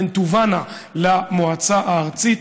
הן תובאנה למועצה הארצית,